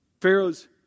Pharaoh's